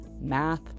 math